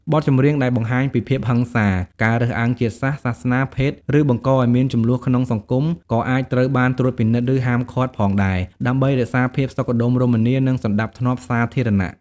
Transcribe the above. បទចម្រៀងដែលបង្ហាញពីភាពហិង្សា ការរើសអើងជាតិសាសន៍ សាសនា ភេទ ឬបង្កឱ្យមានជម្លោះក្នុងសង្គមក៏អាចត្រូវបានត្រួតពិនិត្យ និងហាមឃាត់ផងដែរ ដើម្បីរក្សាភាពសុខដុមរមនា និងសណ្តាប់ធ្នាប់សាធារណៈ។